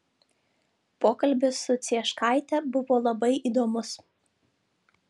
pokalbis su cieškaite buvo labai įdomus